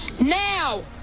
Now